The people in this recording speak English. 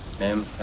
man.